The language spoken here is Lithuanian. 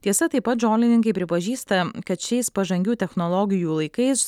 tiesa taip pat žolininkai pripažįsta kad šiais pažangių technologijų laikais